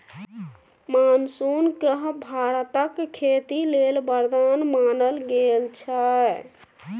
monsoon केँ भारतक खेती लेल बरदान मानल गेल छै